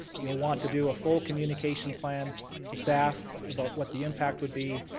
you will want to do a full communication plan to staff about what the impact would be,